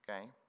okay